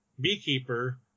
beekeeper